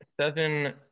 Seven